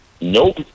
Nope